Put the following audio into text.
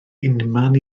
unman